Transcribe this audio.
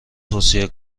توصیه